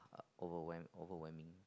overwhelm overwhelming